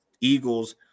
Eagles